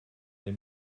des